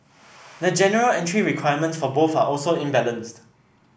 the general entry requirements for both are also imbalanced